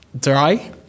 dry